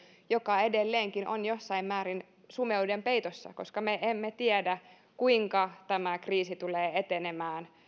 joka edelleenkin on jossain määrin sumeuden peitossa koska me emme tiedä kuinka tämä kriisi tulee etenemään